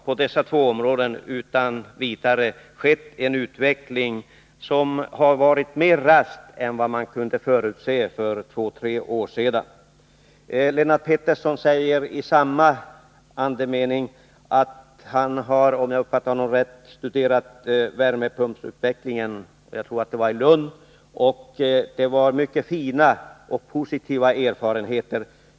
På dessa två områden har det utan tvivel skett en utveckling i snabbare takt än man kunde förutse för två tre år sedan. Lennart Pettersson sade, om jag fattade honom rätt, att han studerat utvecklingen när det gäller värmepumpar i Lund — jag tror det var där — och att man hade mycket fina och positiva erfarenheter.